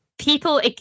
people